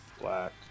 black